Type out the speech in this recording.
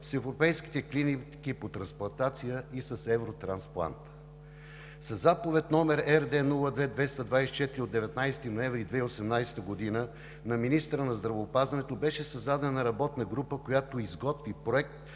с европейските клиники по трансплантация и с „Евротрансплант“. Със Заповед № РД-02-224 от 19 ноември 2018 г. на министъра на здравеопазването беше създадена работна група, която изготви проект